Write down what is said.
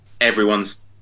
everyone's